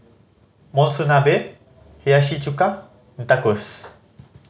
Monsunabe Hiyashi Chuka Tacos